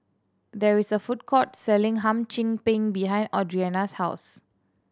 there is a food court selling Hum Chim Peng behind Audriana's house